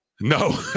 No